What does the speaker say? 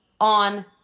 on